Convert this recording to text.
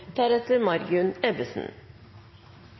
deretter